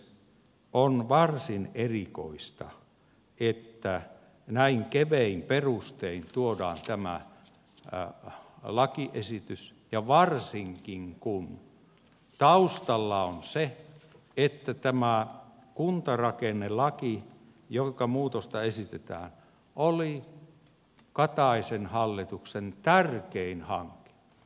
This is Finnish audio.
on varsin erikoista että näin kevein perustein tuodaan tämä lakiesitys ja varsinkin kun taustalla on se että tämä kuntarakennelaki johonka muutosta esitetään oli kataisen hallituksen tärkein hanke